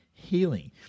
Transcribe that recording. healing